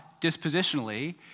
dispositionally